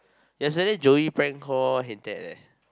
yesterday Joey prank call Hin-Teck leh